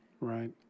Right